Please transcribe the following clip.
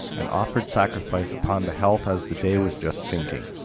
and offered sacrifice upon the health as the day was just sinking.